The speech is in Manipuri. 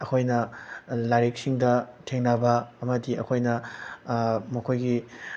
ꯑꯩꯈꯣꯏꯅ ꯂꯥꯏꯔꯤꯛꯁꯤꯡꯗ ꯊꯦꯡꯅꯕ ꯑꯃꯗꯤ ꯑꯩꯈꯣꯏꯅ ꯃꯈꯣꯏꯒꯤ